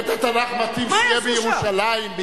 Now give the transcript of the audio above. בית-התנ"ך מתאים שיהיה בירושלים.